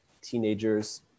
teenagers